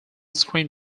screen